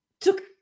took